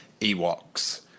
Ewoks